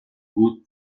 بود